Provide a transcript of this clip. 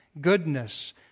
goodness